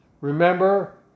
Remember